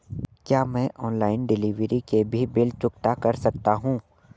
क्या मैं online delivery के भी बिल चुकता कर सकता हूँ?